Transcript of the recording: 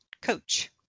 coach